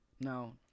Now